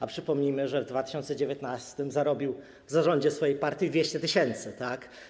A przypomnijmy, że w 2019 r. zarobił w zarządzie swojej partii 200 tys., tak?